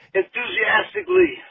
enthusiastically